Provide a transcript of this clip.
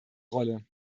rolle